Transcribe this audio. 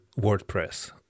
WordPress